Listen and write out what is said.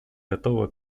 готова